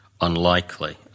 unlikely